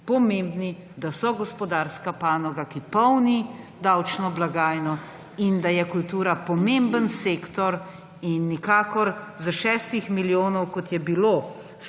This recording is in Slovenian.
pomembni, da so gospodarska panoga, ki polni davčno blagajno in da je kultura pomemben sektor. In s šestih milijonov, kot je bilo